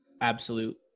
absolute